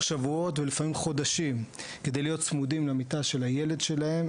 שבועות ולפעמים חודשים כדי להיות צמודים למיטה של הילד שלהם,